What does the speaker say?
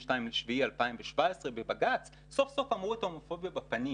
ב-22.7.2017 בבג"ץ וסוף סוף אמרו את ההומופוביה בפנים.